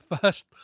First